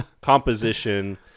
composition